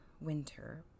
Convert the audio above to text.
winter